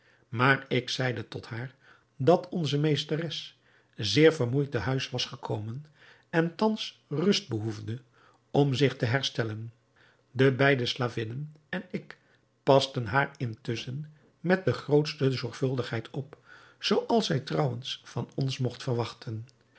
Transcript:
maar ik zeide tot haar dat onze meesteres zeer vermoeid te huis was gekomen en thans rust behoefde om zich te herstellen de beide slavinnen en ik pasten haar intusschen met de grootste zorgvuldigheid op zooals zij trouwens van ons mogt verwachten